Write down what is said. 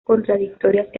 contradictorias